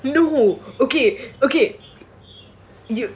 no okay okay